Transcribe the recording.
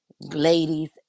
ladies